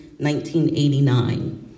1989